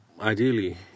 ideally